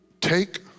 Take